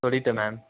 சொல்லிவிட்டேன் மேம்